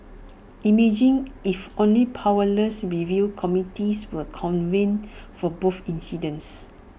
imagine if only powerless review committees were convened for both incidents